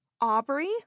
Aubrey